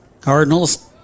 cardinals